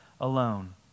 alone